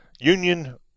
union